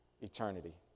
eternity